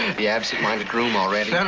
the absentminded groom already.